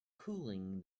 cooling